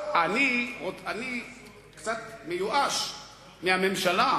אני קצת מיואש מהממשלה.